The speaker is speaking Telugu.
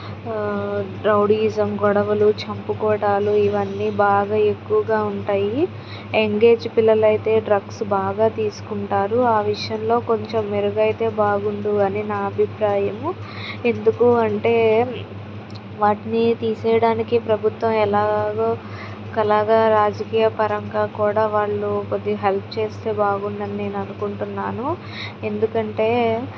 రౌడీయిజం గొడవలు చంపుకోవడాలు ఇవన్నీ బాగా ఎక్కువగా ఉంటాయి యంగ్ ఏజ్ పిల్లలు అయితే డ్రగ్స్ బాగా తీసుకుంటారు ఆ విషయంలో కొంచెం మెరుగైతే బాగుండు అని నా అభిప్రాయము ఎందుకు అంటే వాటిని తీసేయడానికి ప్రభుత్వం ఎలాగో కలగా రాజకీయపరంగా కూడా వాళ్ళు కొద్ది హెల్ప్ చేస్తే బాగుండు అని నేను అనుకుంటున్నాను ఎందుకంటే